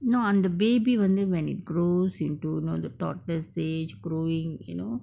no and the baby I wonder when it grows into you know the toddler's age growing you know